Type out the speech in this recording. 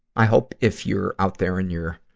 i hope if you're out there and you're,